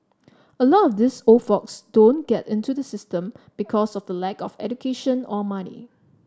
a lot of these old folks don't get into the system because of the lack of education or money